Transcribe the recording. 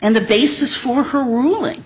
and the basis for her ruling